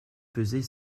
peser